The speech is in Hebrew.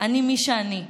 אני מי שאני.